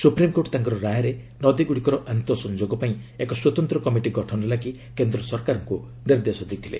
supreme court ତାଙ୍କ ରାୟରେ ନଦୀଗୁଡ଼ିକର ଆନ୍ତଃସଂଯୋଗ ପାଇଁ ଏକ ସ୍ୱତନ୍ତ୍ର କମିଟି ଗଠନ ଲାଗି କେନ୍ଦ୍ର ସରକାରଙ୍କୁ ନିର୍ଦ୍ଦେଶ ଦେଇଥିଲେ